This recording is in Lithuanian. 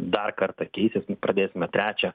dar kartą keistis nu pradėsime trečią